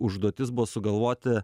užduotis buvo sugalvoti